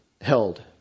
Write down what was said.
held